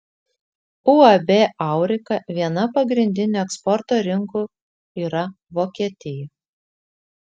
uab aurika viena pagrindinių eksporto rinkų yra vokietija